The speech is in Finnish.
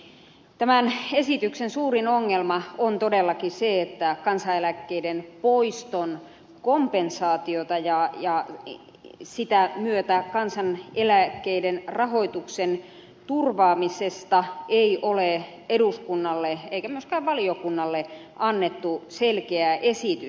tämän esityksen suurin ongelma on todellakin se että kansaneläkkeiden poiston kompensaatiosta ja sitä myötä kansaneläkkeiden rahoituksen turvaamisesta ei ole eduskunnalle eikä myöskään valiokunnalle annettu selkeää esitystä